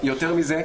יותר מזה,